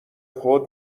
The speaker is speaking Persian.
خود